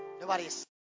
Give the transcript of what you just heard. Nobody's